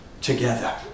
together